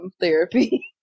therapy